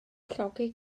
llogi